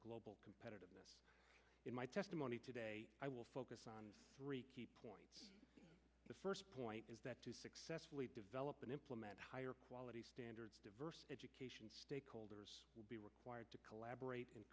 global competitiveness in my testimony today i will focus on three key points the first point is that to successfully develop and implement higher quality standards diverse education stakeholders will be wired to collaborate